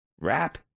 rap